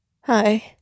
Hi